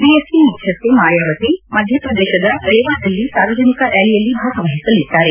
BSP ಮುಖ್ಲಿಶ್ಡೆ ಮಾಯಾವತಿ ಮಧ್ಯಪ್ರದೇಶದ ರೇವಾದಲ್ಲಿ ಸಾರ್ವಜನಿಕ ರ್ನಾಲಿಯಲ್ಲಿ ಭಾಗವಹಿಸಲಿದ್ದಾರೆ